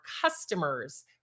customers